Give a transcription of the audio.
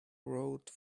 rode